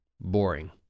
boring